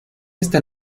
hasta